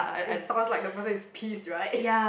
it sounds like the person is pissed right